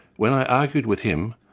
when i argued with him,